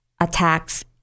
attacks